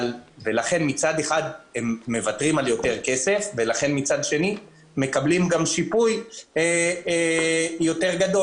מצד אחד הן מוותרות על יותר כסף ומצד שני הן מקבלות שיפוי גדול יותר.